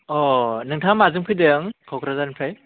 अ नोंथाङा माजों फैदों क'क्राझारनिफ्राय